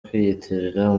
kwiyitirira